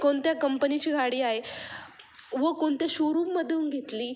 कोणत्या कंपनीची गाडी आहे व कोणत्या शोरूममधून घेतली